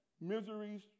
miseries